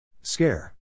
Scare